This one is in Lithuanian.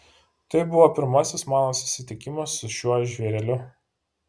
tai buvo pirmasis mano susitikimas su šiuo žvėreliu